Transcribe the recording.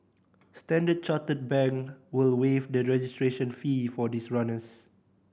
Standard Chartered Bank will waive the registration fee for these runners